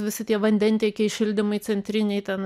visi tie vandentiekiai šildymai centriniai ten